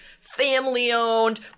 family-owned